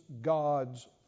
God's